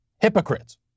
Hypocrites